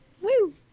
Woo